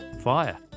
fire